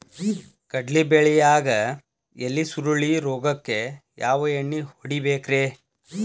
ಕಡ್ಲಿ ಬೆಳಿಯಾಗ ಎಲಿ ಸುರುಳಿ ರೋಗಕ್ಕ ಯಾವ ಎಣ್ಣಿ ಹೊಡಿಬೇಕ್ರೇ?